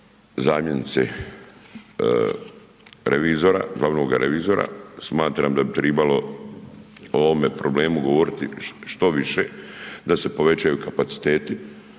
zamjenice revizora, glavnoga revizora, smatram da bi tribalo o ovome problemu govoriti što više da se povećaju kapaciteti,